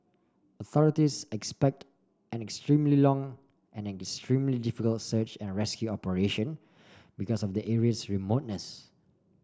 authorities expect an extremely long and extremely difficult search and rescue operation because of the area's remoteness